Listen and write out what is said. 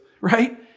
right